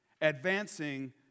Advancing